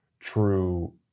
true